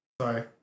sorry